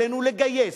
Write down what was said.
עלינו לגייס,